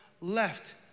left